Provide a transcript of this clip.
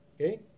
okay